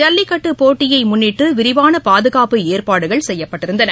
ஜல்லிக்கட்டு போட்டியை முன்னிட்டு விரிவான பாதுகாப்பு ஏற்பாடுகள் செய்யப்பட்டிருந்தன